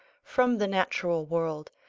from the natural world,